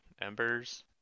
Embers